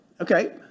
okay